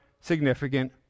significant